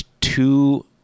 two